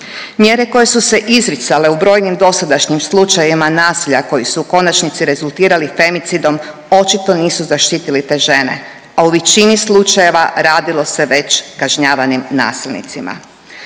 Mjere koje su se izricale u brojnim dosadašnjim slučajevima nasilja koji su u konačnici rezultirali femicidom očito nisu zaštitili te žene, a u većini slučajeva radilo se već kažnjavanjem nasilnicima.